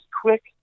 quick